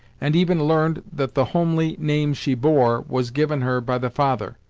and even learned that the homely name she bore was given her by the father,